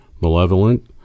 malevolent